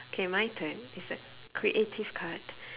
K my turn it's a creative card